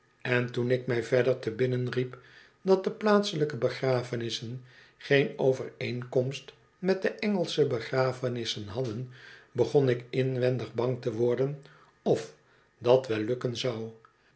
en toen ik mij verder te binnen riep dat de plaatselijke begrafenissen geen overeenkomst met de engelsche begrafenissen hadden begon ik inwendig bang te worden of dat wel lukken zou